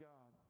God